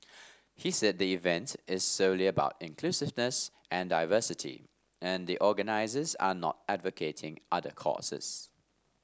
he said the event is solely about inclusiveness and diversity and the organisers are not advocating other causes